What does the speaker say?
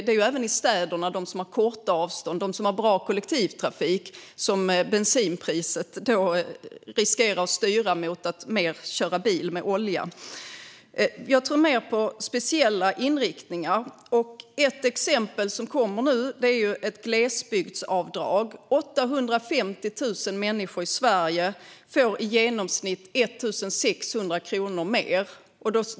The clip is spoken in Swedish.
Men även i städerna, där man har korta avstånd och bra kollektivtrafik, finns det risk att bensinpriset styr mot att man kör mer bil på olja. Jag tror mer på speciella inriktningar. Ett exempel som kommer nu är ett glesbygdsavdrag. Det är 850 000 människor i Sverige som får i genomsnitt 1 600 kronor mer.